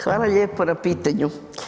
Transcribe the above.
Hvala lijepo na pitanju.